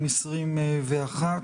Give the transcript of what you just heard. התשפ"א-2021.